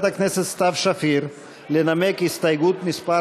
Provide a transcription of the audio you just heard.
הכנסת סתיו שפיר לנמק את הסתייגות מס'